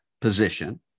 position